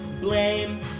blame